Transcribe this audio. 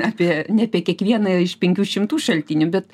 apie ne apie kiekvieną iš penkių šimtų šaltinių bet